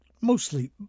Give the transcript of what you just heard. mostly